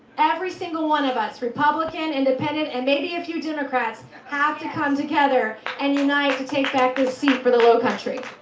every single one of us republican, independent and maybe a few democrats have to come together and unite to take back this seat for the low country.